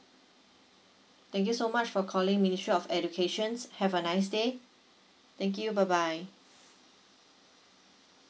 thank you so much for calling ministry of educations have a nice day thank you bye bye